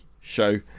show